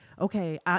okay